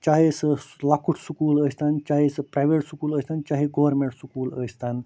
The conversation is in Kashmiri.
چاہے سُہ لۅکُٹ سکوٗل ٲسۍتَن چاہے سُہ پرایویٹ سکوٗل ٲسۍتَن چاہے گورمِنٛٹ سکوٗل ٲسۍتَن